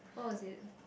oh is it